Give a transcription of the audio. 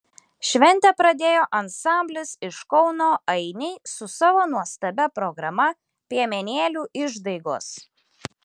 šventę pradėjo ansamblis iš kauno ainiai su savo nuostabia programa piemenėlių išdaigos